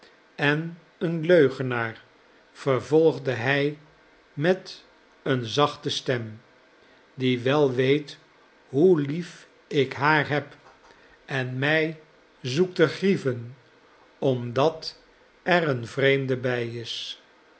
en een leugenaar vervolgde hij met eene zachtere stem die wel weet hoe lief ik haar heb en mij zoekt te grieven omdat er een vreemde bij is